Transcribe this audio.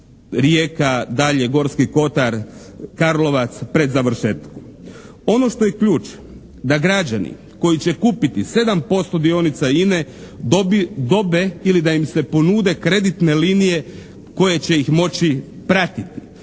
Rijeka, dalje Gorski Kotar, Karlovac pred završetkom. Ono što je ključ da građani koji će kupiti 7% dionica INA-e dobe ili da im se ponude kreditne linije koje će ih moći pratiti.